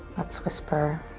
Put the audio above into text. let's whisper